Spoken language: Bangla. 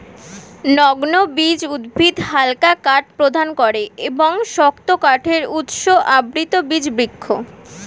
নগ্নবীজ উদ্ভিদ হালকা কাঠ প্রদান করে এবং শক্ত কাঠের উৎস আবৃতবীজ বৃক্ষ